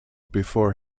before